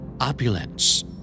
Opulence